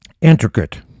intricate